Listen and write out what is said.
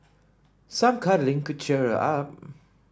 some cuddling could cheer her up